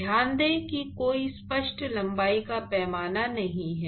ध्यान दें कि कोई स्पष्ट लंबाई का पैमाना नहीं है